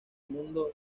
mundo